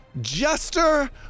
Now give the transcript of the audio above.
jester